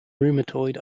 rheumatoid